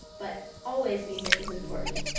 but always music is important.